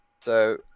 So-